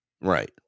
Right